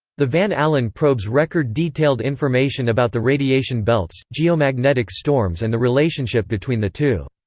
the van allen probes record detailed information about the radiation belts, geomagnetic storms and the relationship between the two.